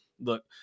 Look